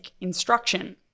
instruction